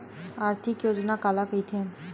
आर्थिक योजना काला कइथे?